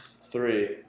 three